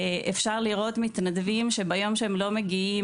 אפשר לראות מתנדבים שביום שהם לא מגיעים,